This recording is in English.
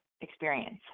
experience